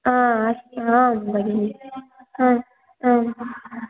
आ अस्तु आम् भगिनि हा हा